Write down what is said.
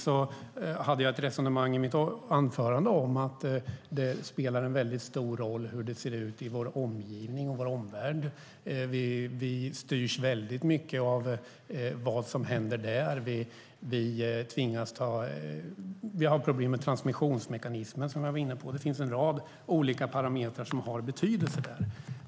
I mitt anförande hade jag ett resonemang om att det på kort sikt spelar en väldigt stor roll hur ser ut i vår omvärld. Vi styrs väldigt mycket av vad som händer där. Vi har problem med transmissionsmekanismen, som jag var inne på. Det finns en rad olika parametrar som har betydelse där.